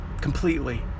completely